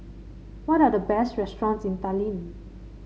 what are the best restaurants in Tallinn